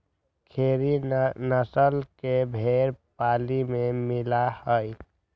खेरी नस्ल के भेंड़ पाली में मिला हई